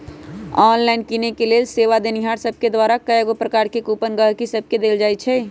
online किनेके लेल सेवा देनिहार सभके द्वारा कएगो प्रकार के कूपन गहकि सभके देल जाइ छइ